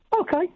Okay